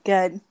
Good